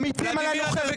אתם מנותקים, אתם מנותקים.